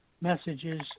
messages